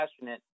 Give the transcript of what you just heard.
passionate